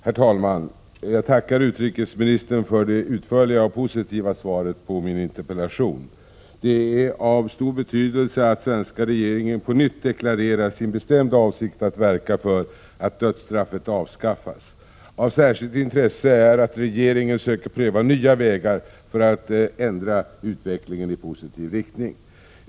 Herr talman! Jag tackar utrikesministern för det utförliga och positiva svaret på min interpellation. Det är av stor betydelse att svenska regeringen på nytt deklarerar sin bestämda avsikt att verka för att dödsstraffet avskaffas. Av särskilt intresse är att regeringen söker pröva nya vägar för att ändra utvecklingen i positiv riktning.